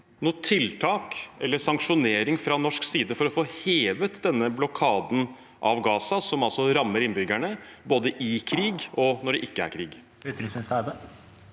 se tiltak eller sanksjonering fra norsk side for å få hevet denne blokaden av Gaza, som rammer innbyggerne både i krig og når det ikke er krig?